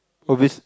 obvious